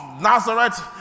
Nazareth